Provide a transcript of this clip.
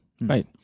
right